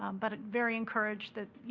i'm but very encouraged that, you